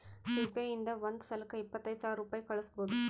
you P I ಇಂದ ಒಂದ್ ಸಲಕ್ಕ ಇಪ್ಪತ್ತೈದು ಸಾವಿರ ರುಪಾಯಿ ಕಳುಸ್ಬೋದು